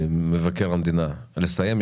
למבקר המדינה לסיים.